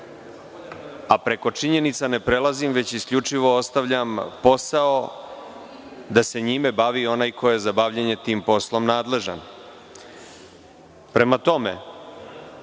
A preko činjenica ne prelazim, već isključivo ostavljam posao da se njime bavi onaj ko je za bavljenje tim poslom nadležan. Prema tome,